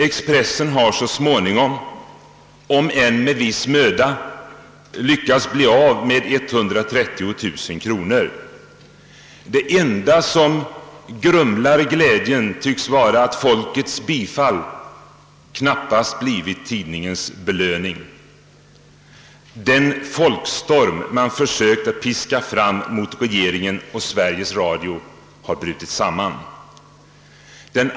Expressen har så småningom — om än med viss möda — lyckats bli av med 130 000 kronor. Det enda som grumlar glädjen tycks vara att folkets bifall knappast blivit tidningens belöning. Den folkstorm man försökt piska fram mot regeringen och Sveriges Radio har brutit samman.